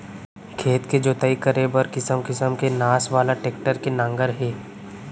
खेत के जोतई करे बर किसम किसम के नास वाला टेक्टर के नांगर हे